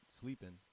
sleeping